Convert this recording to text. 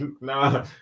no